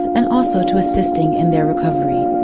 and also to assisting in their recovery.